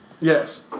Yes